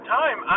time